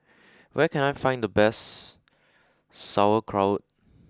where can I find the best sauerkraut